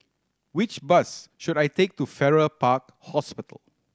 which bus should I take to Farrer Park Hospital